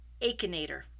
Akinator